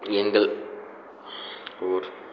எங்கள் ஊர்